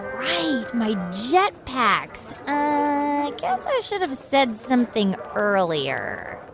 right. my jet packs. i guess i should've said something earlier.